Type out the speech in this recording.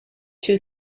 too